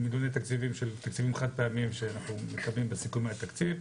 תקציביים של תקציבים חד פעמיים שאנחנו מקבלים בסיכומי התקציב.